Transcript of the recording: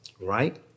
right